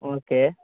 okay